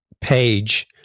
page